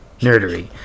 nerdery